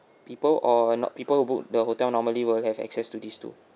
people or not people who book the hotel normally will have access to this too